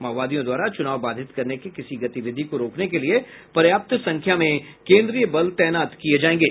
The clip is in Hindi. माओवादियों द्वारा चुनाव बाधित करने के किसी गतिविधि को रोकने के लिए पर्याप्त संख्या में केन्द्रीय बल तैनात किए जाएंगे